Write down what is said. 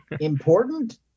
important